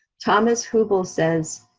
thomas hubl says,